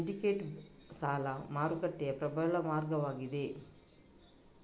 syndicated ಸಾಲ ಮಾರುಕಟ್ಟೆಯು ಪ್ರಬಲ ಮಾರ್ಗವಾಗಿದೆ